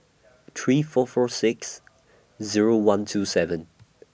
three four four six Zero one two seven